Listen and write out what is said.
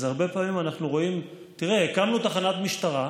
אז הרבה פעמים אנחנו רואים שהקמנו תחנת משטרה,